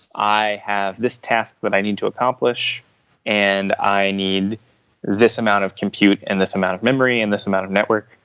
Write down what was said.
i have this task that i need to accomplish and i need this amount of compute and this amount of memory and this amount of network.